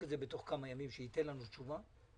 קודם כול,